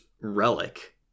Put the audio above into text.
Relic